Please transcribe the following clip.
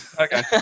Okay